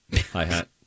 Hi-hat